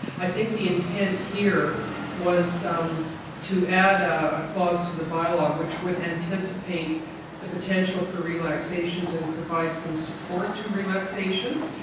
i think the intent here was to add a clause to the bylaw which would anticipate the potential for relaxations and provide some support to relaxations.